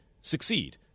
succeed